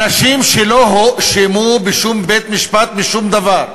אנשים שלא הואשמו בשום בית-משפט בשום דבר,